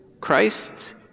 Christ